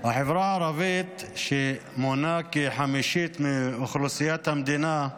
החברה הערבית, שמונה כחמישית מאוכלוסיית המדינה,